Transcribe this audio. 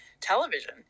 television